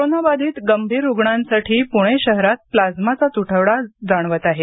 कोरोनाबाधित गंभीर रुग्णांसाठी पुणे शहरात प्लाझ्माचा तुटवडा जाणवत आहे